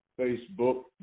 Facebook